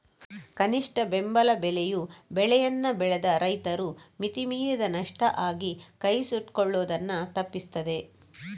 ಕನಿಷ್ಠ ಬೆಂಬಲ ಬೆಲೆಯು ಬೆಳೆಯನ್ನ ಬೆಳೆದ ರೈತರು ಮಿತಿ ಮೀರಿದ ನಷ್ಟ ಆಗಿ ಕೈ ಸುಟ್ಕೊಳ್ಳುದನ್ನ ತಪ್ಪಿಸ್ತದೆ